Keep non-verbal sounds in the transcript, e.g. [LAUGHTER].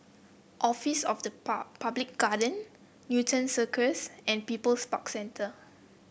office of the [UNINTELLIGIBLE] Public Guardian Newton Circus and People's Park Centre